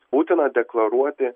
būtina deklaruoti